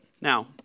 Now